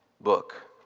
book